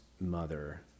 mother